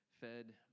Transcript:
fed